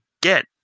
get